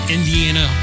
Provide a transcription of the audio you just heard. Indiana